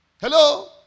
Hello